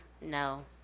no